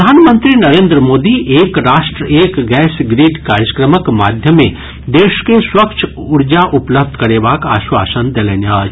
प्रधानमंत्री नरेन्द्र मोदी एक राष्ट्र एक गैस ग्रिड कार्यक्रमक माध्यमे देश के स्वच्छ ऊर्जा उपलब्ध करेबाक आश्वासन देलनि अछि